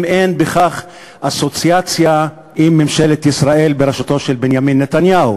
אם אין בכך אסוציאציה לממשלת ישראל בראשותו של בנימין נתניהו?